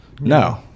No